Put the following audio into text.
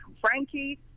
Frankie